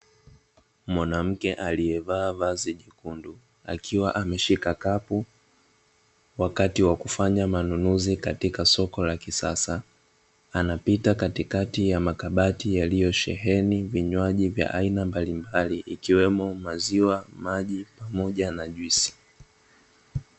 Mwanamke aliyevaa vazi jekundu, akiwa ameshika kapu, wakati wa kufanya manunuzi katika soko la kisasa. Anapita katikati ya makabati yaliyosheheni vinywaji vya aina mbalimbali, ikiwemo maziwa, maji pamoja na juisi.